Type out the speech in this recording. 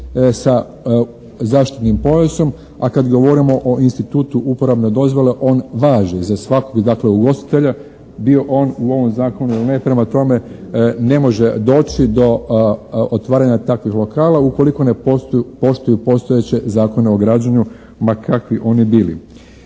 sa zaštitnim pojasom. A kad govorimo o institutu uporabne dozvole on važi za svakog dakle ugostitelja, bio on u ovom zakonu ili ne. Prema tome ne može doći do otvaranja takvih lokala ukoliko ne poštuju postojeće Zakone o građenju ma kakvi oni bili.